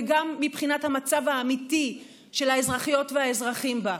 וגם מבחינת המצב האמיתי של האזרחיות והאזרחים בה.